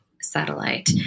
satellite